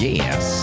Yes